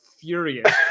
furious